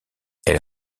elle